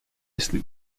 jestli